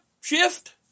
shift